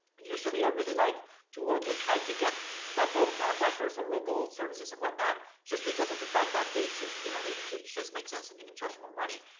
usually i ah really like to work with high ticket type of contractors or local services and whatnot, just because of the fact that they just you know, they just make sense and you can charge more money.